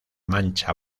mancha